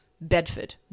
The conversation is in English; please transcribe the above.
bedford